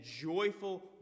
joyful